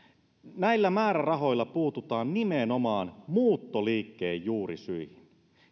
näillä määrärahoilla puututaan nimenomaan muuttoliikkeen juurisyihin